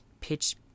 pitch